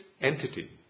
entity